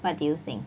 what do you think